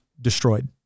destroyed